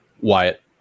Wyatt